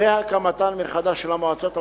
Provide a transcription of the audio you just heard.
והקמתן מחדש של המועצות המקומיות.